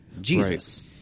Jesus